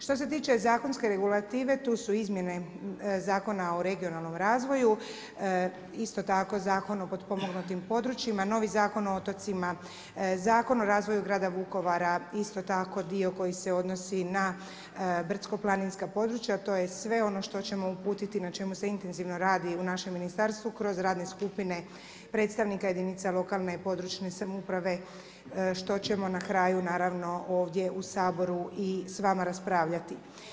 Što se tiče zakonske regulative, tu su izmjene Zakona o regionalnom razvoju, isto tako Zakon o potpomognutim područjima, novi Zakon o otocima, Zakon o razvoju grada Vukovara isto tako dio koji se odnosi na brdsko-planinska područja, to je sve ono što ćemo uputiti i na čemu se intenzivno radi u našem ministarstvu kroz radne skupine predstavnike jedinica lokalne i područne samouprave što ćemo na kraju naravno, ovdje u Saboru i s vama raspravljati.